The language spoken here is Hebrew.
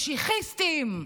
"משיחיסטים",